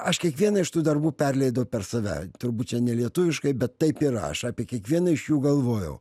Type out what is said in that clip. aš kiekvieną iš tų darbų perleidau per save turbūt čia ne lietuviškai bet taip yra aš apie kiekvieną iš jų galvojau